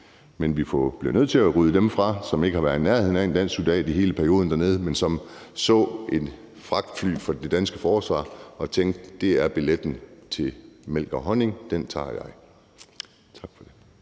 Men vi bliver nødt til at rydde dem fra, som ikke har været i nærheden af en dansk soldat i hele perioden dernede, men som så et fragtfly fra det danske forsvar og tænkte: Det er billetten til mælk og honning, det tager jeg med.